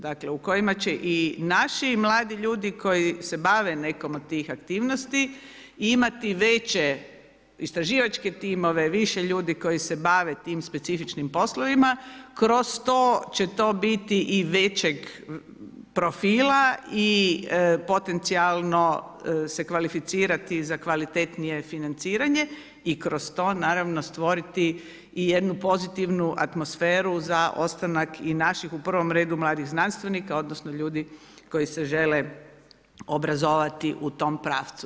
Dakle, u kojima će i naši mladi ljudi koji se bave nekom od tih aktivnosti imati veće istraživačke timove, više ljudi koji se bave tim specifičnim poslovima, kroz to će to biti i većeg profila i potencijalno se kvalificirati za kvalitetnije financiranje i kroz to naravno stvoriti i jednu pozitivnu atmosferu za ostanak i naših, u prvom redu mladih znanstvenika, odnosno ljudi koji se žele obrazovati u tom pravcu.